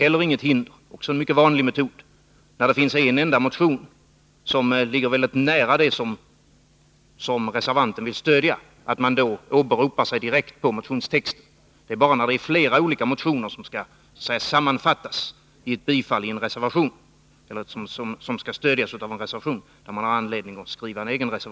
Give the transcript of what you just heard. Det är också en mycket vanlig metod när utskottet har att behandla bara en enda motion som ligger mycket nära det som reservanten vill stödja, att denne direkt åberopar motionstexten. Det är bara när det är flera olika motioner som skall tillstyrkas eller stödjas i en reservation som reservanten har anledning att göra en egen skrivning.